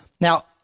now